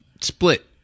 split